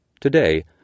Today